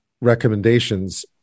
recommendations